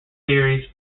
series